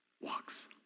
walks